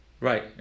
Right